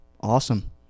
Awesome